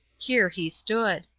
here he stood.